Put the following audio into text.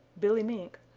billy mink,